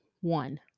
one